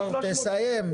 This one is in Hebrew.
תסיים.